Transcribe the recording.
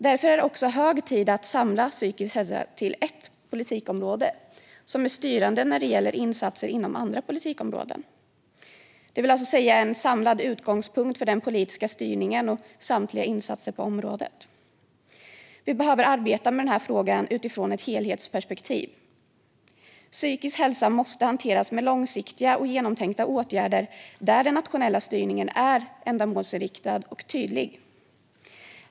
Därför är det också hög tid att samla psykisk hälsa till ett politikområde som är styrande när det gäller insatser inom andra politikområden, det vill säga en samlad utgångspunkt för den politiska styrningen och samtliga insatser på området. Vi behöver arbeta med frågan utifrån ett helhetsperspektiv. Psykisk hälsa måste hanteras med långsiktiga och genomtänkta åtgärder där den nationella styrningen är ändamålsinriktad och tydlig.